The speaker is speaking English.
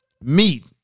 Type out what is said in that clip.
Meat